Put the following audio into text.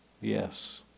yes